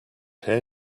here